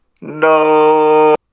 no